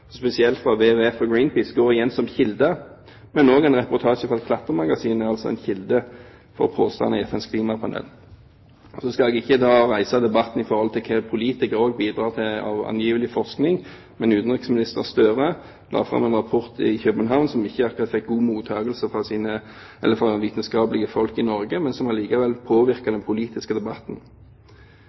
går igjen som kilder, men også en reportasje fra et klatremagasin er en kilde for påstander i FNs klimapanel. Nå skal jeg ikke reise en debatt om hva også politikere bidrar med til angivelig forskning, men utenriksminister Gahr Støre la fram en rapport i København som ikke akkurat fikk god mottakelse fra vitenskapsfolk i Norge, men som allikevel påvirker den politiske debatten.